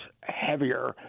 heavier